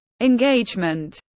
engagement